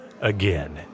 again